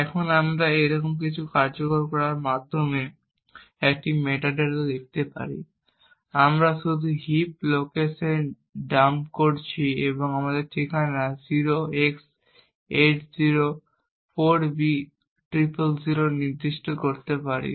এখন আমরা এইরকম কিছু কার্যকর করার মাধ্যমে এই মেটাডেটা দেখতে পারি আমরা শুধু হিপ লোকেশন ডাম্প করছি এবং আমরা ঠিকানা 0x804b000 নির্দিষ্ট করতে পারি